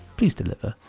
please deliver.